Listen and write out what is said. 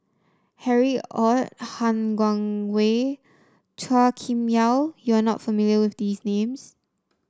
Harry Ord Han Guangwei Chua Kim Yeow you are not familiar with these names